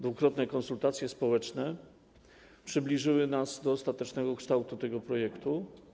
Dwukrotne konsultacje społeczne przybliżyły nas do ostatecznego kształtu tego projektu.